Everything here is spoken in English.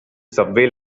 subway